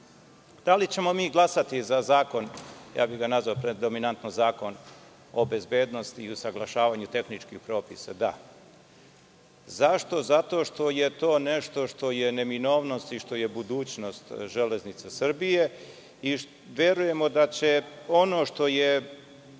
li ćemo mi glasati za Zakon o bezbednosti i usaglašavanju tehničkih propisa? Da. Zašto? Zato što je to nešto što je neminovnost i što je budućnost železnice Srbije i verujemo da će, ono što je